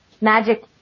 Magic